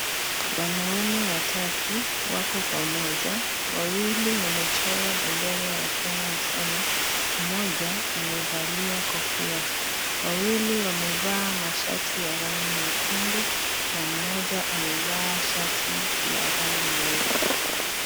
Wanaume watatu wako pamoja wawili wamechora bendera ya Kenya usoni moja amevalia kofia wawili wamevaa mashati ya rangi nyekundu. Na mmoja amevaa shati la rangi nyeupe.